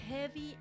heavy